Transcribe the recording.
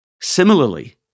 similarly